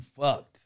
fucked